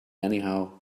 anyhow